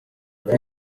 kuri